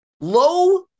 low